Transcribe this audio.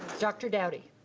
dr. dowdy.